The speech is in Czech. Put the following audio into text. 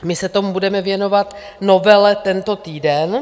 My se tomu budeme věnovat, novele, tento týden.